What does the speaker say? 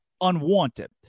unwanted